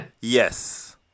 Yes